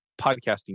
podcasting